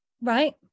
Right